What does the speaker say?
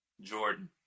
jordan